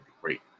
great